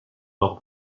mort